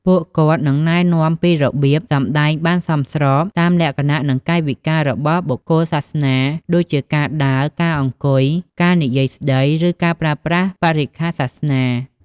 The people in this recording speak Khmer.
ពួកគាត់នឹងណែនាំពីរបៀប សម្ដែងបានសមស្របតាមលក្ខណៈ និងកាយវិការ របស់បុគ្គលសាសនា ដូចជាការដើរ ការអង្គុយ ការនិយាយស្តី ឬការប្រើប្រាស់បរិក្ខារសាសនា។